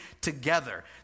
together